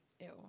ew